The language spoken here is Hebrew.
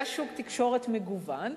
היה שוק תקשורת מגוון,